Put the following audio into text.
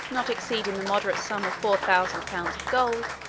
not exceeding the moderate sum of four thousand pounds of gold,